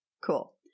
Cool